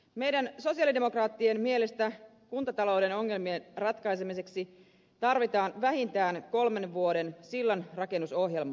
meidän sosialidemokraattien mielestä kuntatalouden ongelmien ratkaisemiseksi tarvitaan vähintään kolmen vuoden sillanrakennusohjelma